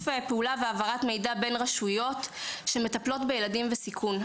פעולה והעברת מידע בין רשויות שמטפלות בילדים בסיכון.